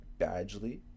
Badgley